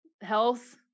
health